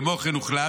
כמו כן הוחלט,